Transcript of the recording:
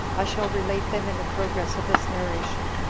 i shall relate them in the progress of this narration.